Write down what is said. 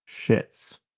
shits